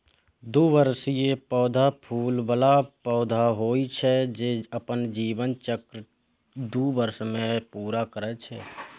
द्विवार्षिक पौधा फूल बला पौधा होइ छै, जे अपन जीवन चक्र दू वर्ष मे पूरा करै छै